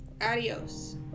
adios